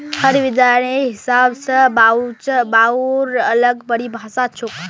हर विद्वानेर हिसाब स बचाउर अलग परिभाषा छोक